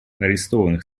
арестованных